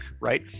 right